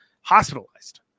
hospitalized